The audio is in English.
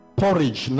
porridge